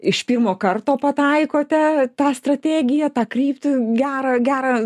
iš pirmo karto pataikote tą strategiją tą kryptį gerą gerą